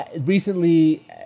recently